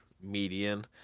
median